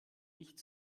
nicht